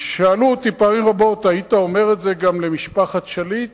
שאלו אותי פעמים רבות: היית אומר את זה גם למשפחת שליט?